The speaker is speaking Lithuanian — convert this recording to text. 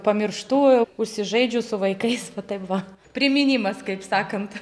pamirštu užsižaidžiu su vaikais va taip va priminimas kaip sakant